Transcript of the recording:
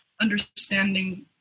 understanding